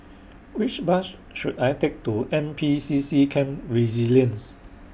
Which Bus should I Take to N P C C Camp Resilience